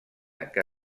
que